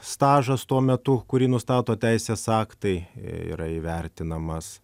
stažas tuo metu kurį nustato teisės aktai yra įvertinamas